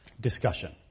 discussion